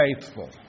faithful